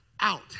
out